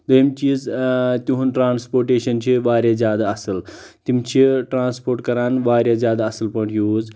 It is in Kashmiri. دویِم چیٖز تِہُنٛد ٹرانسپوٹیشن چھِ واریاہ زیادٕ اصٕل تِم چھِ ٹرانسپورٹ کران واریاہ زیادٕ اصٕل پٲٹھۍ یوز